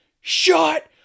shut